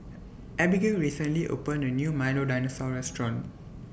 Abigail recently opened A New Milo Dinosaur Restaurant